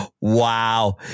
Wow